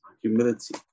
Humility